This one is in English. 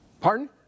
Pardon